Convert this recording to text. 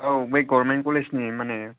औ बे गरमेन कलेजनि माने